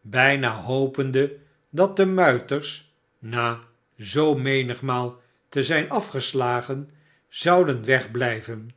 bijna hopende dat de muiters na zoo menigmaal te zijn afgeslagen zouden wegblijven